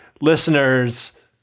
listeners